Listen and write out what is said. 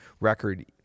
record